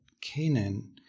Canaan